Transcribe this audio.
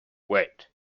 wait